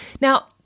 Now